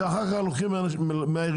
ואחר כך לוקחים מהעיריות,